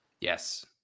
Yes